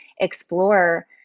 explore